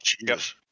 yes